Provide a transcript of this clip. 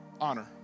honor